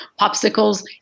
popsicles